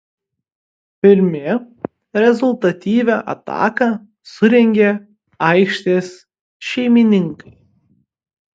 pirmi rezultatyvią ataką surengė aikštės šeimininkai